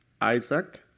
Isaac